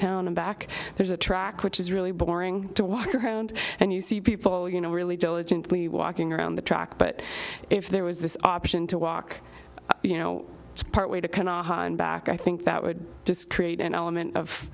town and back there's a track which is really boring to walk around and you see people you know really diligently walking around the track but if there was this option to walk you know part way to back i think that would discreate an element of